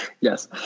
yes